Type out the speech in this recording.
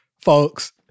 folks